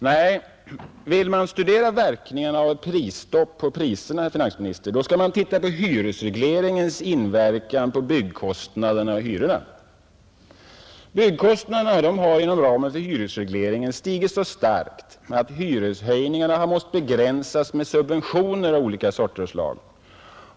Nej, vill man studera verkningarna av ett prisstopp, herr finansminister, så skall man se på hyresregleringens inverkan på byggkostnaderna och på hyrorna. Byggkostnaderna har inom ramen för hyresregleringen stigit så starkt att hyreshöjningarna har måst begränsas med subventioner av olika slag.